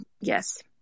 yes